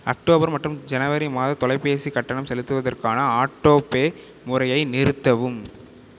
October மற்றும் ஜனவரி மாதத் தொலைபேசிக் கட்டணம் செலுத்துவதற்கான ஆட்டோபே முறையை நிறுத்தவும்